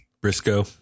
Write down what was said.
Briscoe